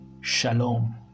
Shalom